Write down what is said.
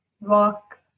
rock